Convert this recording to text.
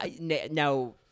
now